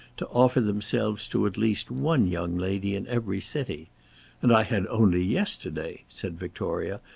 to offer themselves to at least one young lady in every city and i had only yesterday, said victoria,